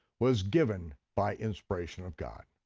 was given by inspiration of god,